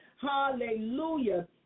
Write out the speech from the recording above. hallelujah